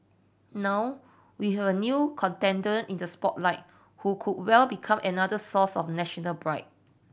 now we have a new contender in the spotlight who could well become another source of national pride